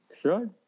Sure